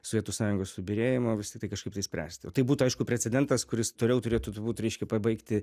sovietų sąjungos subyrėjimo vis tiktai kažkaip tai spręsti o tai būtų aišku precedentas kuris toliau turėtų turbūt reiškia pabaigti